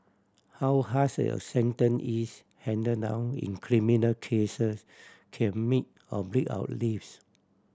how harsh a sentence is hand down in criminal cases can make or break our lives